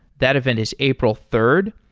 that event is april third.